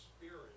Spirit